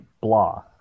blah